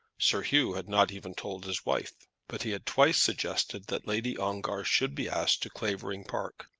sir hugh had not even told his wife, but he had twice suggested that lady ongar should be asked to clavering park.